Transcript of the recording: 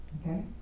okay